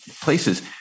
places